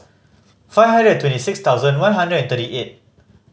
five hundred twenty six thousand one hundred and thirty eight